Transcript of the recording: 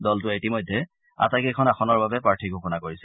দলটোৱে ইতিমধ্যে আটাইকেইখন আসনৰ বাবে প্ৰাৰ্থী ঘোষণা কৰিছে